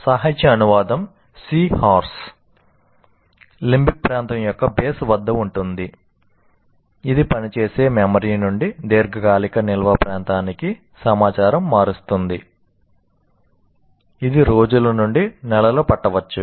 limbic ప్రాంతం యొక్క base వద్ద ఉంటుంది ఇది పని చేసే మెమరీ నుండి దీర్ఘకాలిక నిల్వ ప్రాంతానికి సమాచారాన్ని మారుస్తుంది ఇది రోజులు నుండి నెలలు పట్టవచ్చు